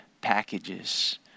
packages